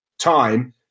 time